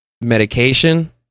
medication